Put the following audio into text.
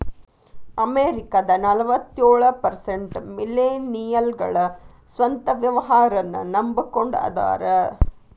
ಅಮೆರಿಕದ ನಲವತ್ಯೊಳ ಪರ್ಸೆಂಟ್ ಮಿಲೇನಿಯಲ್ಗಳ ಸ್ವಂತ ವ್ಯವಹಾರನ್ನ ನಂಬಕೊಂಡ ಅದಾರ